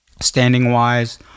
Standing-wise